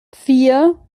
vier